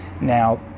Now